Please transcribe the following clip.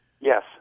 Yes